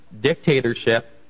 dictatorship